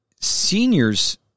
Seniors